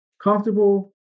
comfortable